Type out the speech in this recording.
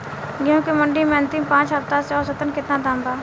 गेंहू के मंडी मे अंतिम पाँच हफ्ता से औसतन केतना दाम बा?